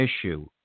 issue